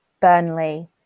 Burnley